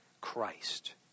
Christ